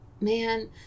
Man